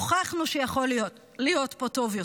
הוכחנו שיכול להיות פה טוב.